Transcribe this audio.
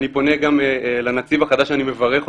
אני פונה גם לנציב החדש: אני מברך אותך,